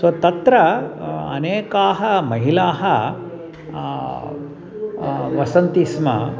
सो तत्र अनेकाः महिलाः वसन्ति स्म